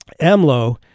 amlo